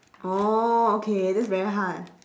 oh okay that's very hard